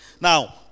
now